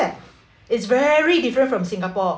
it's very different from singapore